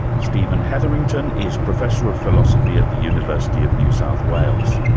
stephen hetherington is professor of philosophy at the university of new south wales.